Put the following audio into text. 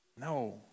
no